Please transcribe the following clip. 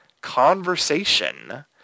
conversation